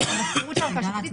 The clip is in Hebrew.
האפשרות של ערכאה שיפוטית,